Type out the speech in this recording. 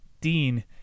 Dean